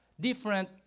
different